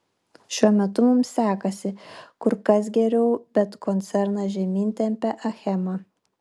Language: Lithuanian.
šiuo metu mums sekasi kur kas geriau bet koncerną žemyn tempia achema